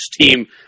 team